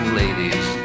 ladies